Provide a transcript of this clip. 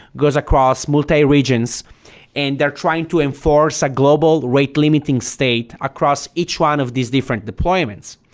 goes across multi-regions and they're trying to enforce a global rate limiting state across each one of these different deployments.